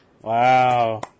Wow